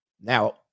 Now